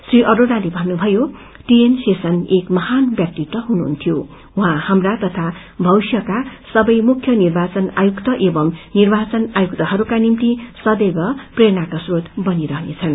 श्री अरोड़ाले भन्नुभयो टीएन शेषन एक महान व्यक्तित्व हुनुहन्थ्यो उहाँ हाम्रो तथा भविष्यका सबै मुख्य निर्वाचन आयुक्त एवं निर्वाचन आयुक्तहरूका निम्ति सबैव प्रेरणाका स्रोत बनिरहनेछन्